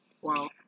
Wow